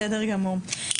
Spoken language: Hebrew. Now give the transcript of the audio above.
בסדר גמור,